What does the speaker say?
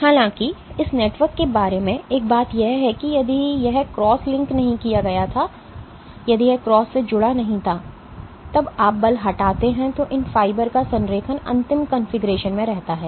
हालाँकि इस नेटवर्क के बारे में एक बात यह है कि यदि यह क्रॉस लिंक नहीं किया गया था यदि यह क्रॉस से जुड़ा नहीं था जब आप बल हटाते हैं तो इन फाइबर का संरेखण अंतिम कॉन्फ़िगरेशन में रहता है